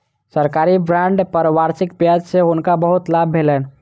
सरकारी बांड पर वार्षिक ब्याज सॅ हुनका बहुत लाभ भेलैन